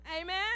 Amen